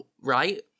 right